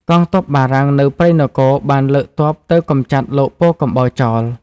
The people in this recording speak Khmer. កងទ័ពបារាំងនៅព្រៃនគរបានលើកទ័ពទៅកម្ចាត់លោកពោធិកំបោរចោល។